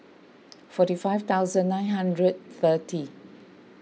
forty five thousand nine hundred thirty